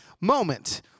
moment